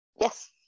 yes